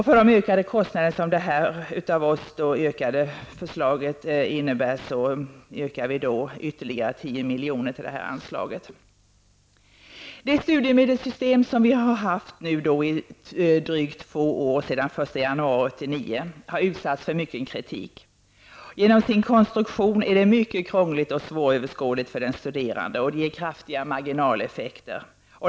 För de ökade kostnader som den av oss föreslagna höjningen av inackorderingstillägget kommer att medföra vill vi anvisa ytterligare 10 milj.kr. Det studiemedelssystem som vi har sedan den 1 januari 1989 har utsatts för mycken kritik. Genom sin konstruktion med bidragsregler, fribeloppsbestämmelser och låneregler är det svåröverskådligt för den studerande. Det ger också kraftiga marginaleffekter.